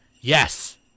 yes